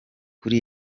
kuri